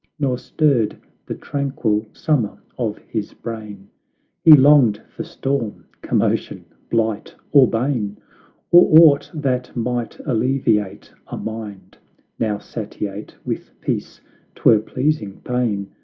nor stirred the tranquil summer of his brain he longed for storm, commotion, blight or bain or aught that might alleviate a mind now satiate with peace twere pleasing pain,